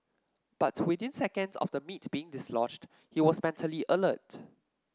but within seconds of the meat being dislodged he was mentally alert